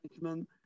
management